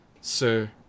sir